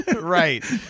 Right